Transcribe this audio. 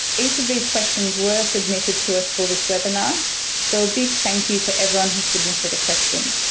each of these questions were submitted to us for this webinar so a big thank you to everyone who submitted a question.